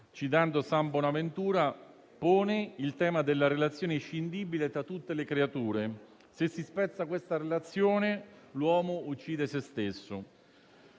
citando san Bonaventura, pone il tema della relazione inscindibile tra tutte le creature. Se si spezza questa relazione, l'uomo uccide se stesso.